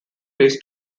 ways